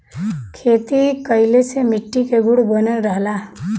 खेती कइले से मट्टी के गुण बनल रहला